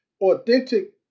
authentic